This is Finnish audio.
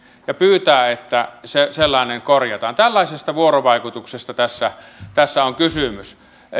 ja pyytää että sellainen korjataan tällaisesta vuorovaikutuksesta tässä tässä on kysymys